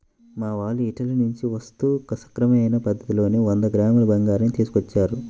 మా వాళ్ళు ఇటలీ నుంచి వస్తూ సక్రమమైన పద్ధతిలోనే వంద గ్రాముల బంగారాన్ని తీసుకొచ్చారు